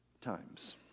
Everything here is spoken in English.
times